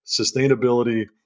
Sustainability